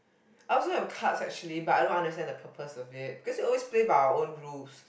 I also have cards actually but I don't understand the purpose of it cause we always play by our own rules